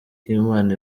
imana